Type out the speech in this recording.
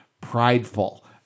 prideful